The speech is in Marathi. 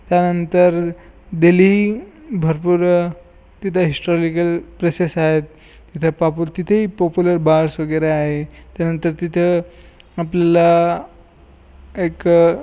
त्यानंतर दिल्ली भरपूर तिथे हिस्टोरिकल प्लेसेस आहेत तिथे पापू तिथेही पॉप्युलर बार्स वगैरे आहे त्यानंतर तिथे आपल्याला एक